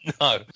No